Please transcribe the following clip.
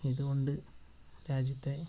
ഇതുകൊണ്ട് രാജ്യത്തെ